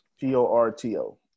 P-O-R-T-O